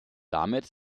damit